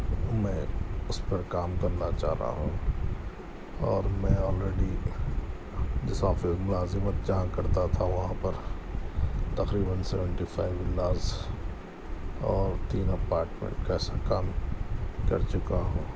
میں اس پر کام کرنا چاہ رہا ہوں اور میں آلریڈی جس آفس میں ملازمت جہاں کرتا تھا وہاں پر تقریباً سیونٹی فائیو ولاز اور تین اپارٹمینٹ کا کام کر چکا ہوں